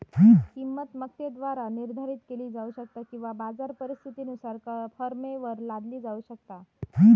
किंमत मक्तेदाराद्वारा निर्धारित केली जाऊ शकता किंवा बाजार परिस्थितीनुसार फर्मवर लादली जाऊ शकता